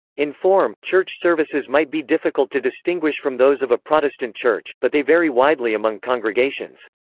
in form, church services might be difficult to distinguish from those of a protestant church, but they vary widely among congregations.